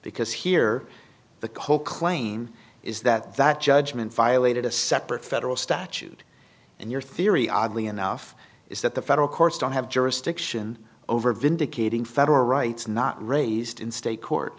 because here the cole claim is that that judgment violated a separate federal statute and your theory oddly enough is that the federal courts don't have jurisdiction over vindicating federal rights not raised in state court